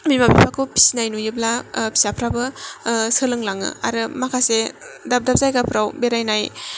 बिमा बिफाखौ फिसिनाय नुयोब्ला फिसाफ्राबो सोलोंलाङो आरो माखासे दाब दाब जायगाफ्राव बेरायनाय